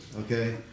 okay